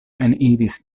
eniris